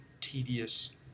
tedious